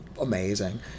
amazing